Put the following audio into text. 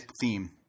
theme